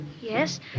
Yes